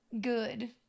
good